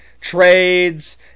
trades